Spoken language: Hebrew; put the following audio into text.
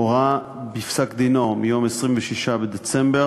הורה בפסק-דינו מיום 26 בדצמבר